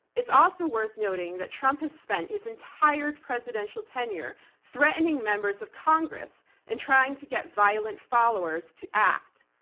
it's also worth noting that trump has spent his entire presidential tenure threatening members of congress and trying to get violent followers to act.